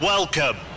Welcome